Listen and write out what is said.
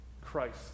Christ